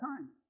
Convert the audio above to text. times